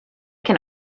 can